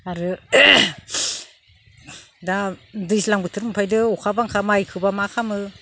आरो दा दैज्लां बोथोर मोनफैदो अखा बांखा माइखोब्ला मा खालामो